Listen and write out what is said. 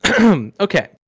Okay